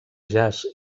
jazz